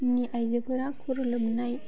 आइजोफोरा खर' लोबनाय